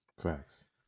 Facts